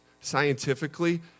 scientifically